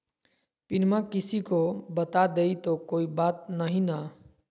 पिनमा किसी को बता देई तो कोइ बात नहि ना?